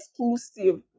exclusive